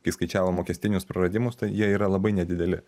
kai skaičiavom mokestinius praradimus tai jie yra labai nedideli